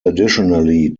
additionally